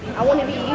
i wanna be